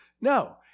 No